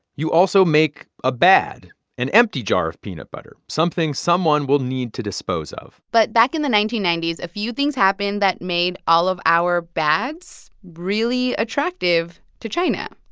you also make a bad an empty jar of peanut butter, something someone will need to dispose of but back in the nineteen ninety s, a few things happened that made all of our bads really attractive to china.